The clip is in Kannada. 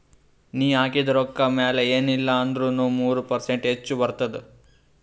ನೀ ಹಾಕಿದು ರೊಕ್ಕಾ ಮ್ಯಾಲ ಎನ್ ಇಲ್ಲಾ ಅಂದುರ್ನು ಮೂರು ಪರ್ಸೆಂಟ್ರೆ ಹೆಚ್ ಬರ್ತುದ